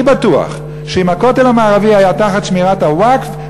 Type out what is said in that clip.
אני בטוח שאם הכותל המערבי היה תחת שמירת הווקף,